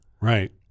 Right